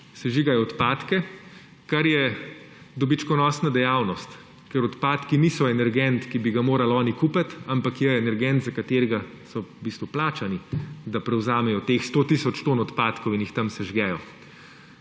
sežigajo odpadke, kar je dobičkonosna dejavnost, ker odpadki niso energent, ki bi ga morali oni kupiti, ampak je energent, za katerega so v bistvu plačani, da prevzamejo teh 100 tisoč ton odpadkov in jih tam sežgejo.